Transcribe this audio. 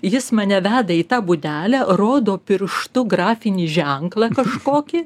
jis mane veda į tą būdelę rodo pirštu grafinį ženklą kažkokį